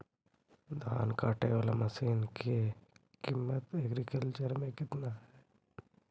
धान काटे बाला मशिन के किमत एग्रीबाजार मे कितना है?